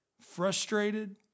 frustrated